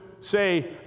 say